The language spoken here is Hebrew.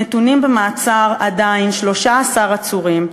עדיין נתונים במעצר 13 עצורים,